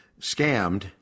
scammed